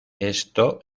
esto